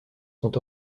sont